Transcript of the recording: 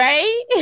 Right